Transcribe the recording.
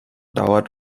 dauert